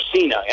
Cena